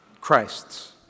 Christ's